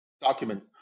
document